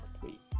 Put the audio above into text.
three